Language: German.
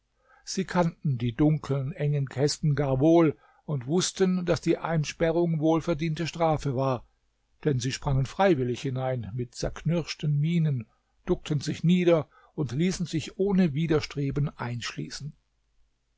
sie kannten die dunkeln engen kästen gar wohl und wußten daß die einsperrung wohlverdiente strafe war denn sie sprangen freiwillig hinein mit zerknirschten mienen duckten sich nieder und ließen sich ohne widerstreben einschließen